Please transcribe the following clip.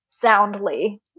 soundly